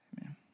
Amen